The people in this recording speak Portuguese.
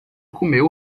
comeu